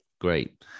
Great